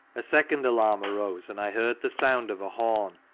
a second alarm arose, and i heard the sound of a horn,